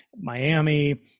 Miami